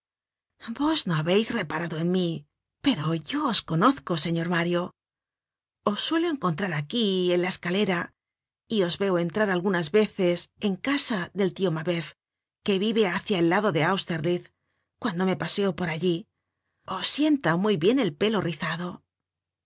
habeis reparado en mí pero yo os conozco señor mario os suelo encontrar aquí en la escalera y os veo entrar algunas veces en casa del tio mabeuf que vive hácia el lado de austerlitz cuando me paseo por allí os sienta muy bien el pelo rizado su